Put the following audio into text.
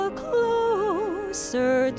closer